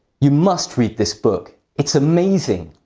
you must read this book it's amazing!